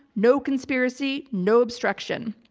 no conspiracy, no obstruction.